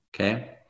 okay